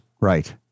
Right